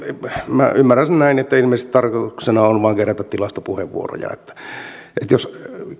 minä ymmärrän sen näin että ilmeisesti tarkoituksena on vain kerätä tilastopuheenvuoroja jos